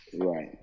right